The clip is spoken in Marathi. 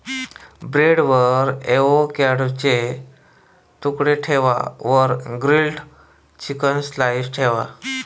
ब्रेडवर एवोकॅडोचे तुकडे ठेवा वर ग्रील्ड चिकन स्लाइस ठेवा